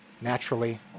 naturally